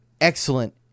excellent